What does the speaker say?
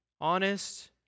Honest